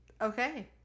Okay